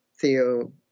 theo